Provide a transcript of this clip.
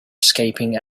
escaping